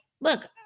look